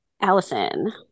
Allison